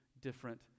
different